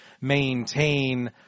maintain